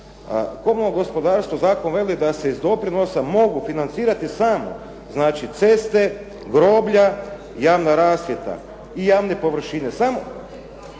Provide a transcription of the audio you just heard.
komunalnom gospodarstvu zakon kaže da se iz doprinosa mogu financirati samo znači ceste, groblja, javna rasvjeta i javne površine.